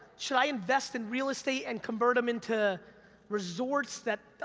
should i invest in real estate and convert em into resorts that?